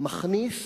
מכניס